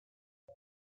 but